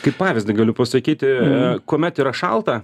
kaip pavyzdį galiu pasakyti kuomet yra šalta